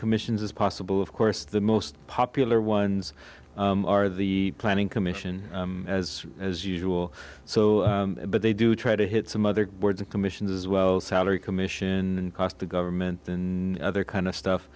commissions as possible of course the most popular ones are the planning commission as as usual so but they do try to hit some other words in commissions as well salary commission cost the government in other kind of stuff